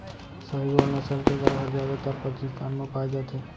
साहीवाल नसल के गाय हर जादातर पाकिस्तान म पाए जाथे